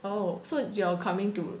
oh so you're coming to